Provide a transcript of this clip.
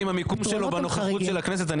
שעם המיקום שלו בנוכחות של הכנסת,